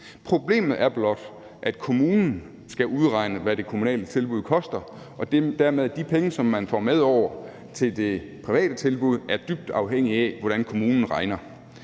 Problemet er blot, at kommunen skal udregne, hvad det kommunale tilbud koster, og dermed er de penge, som man får med over til det private tilbud, dybt afhængige af, hvordan kommunen regner.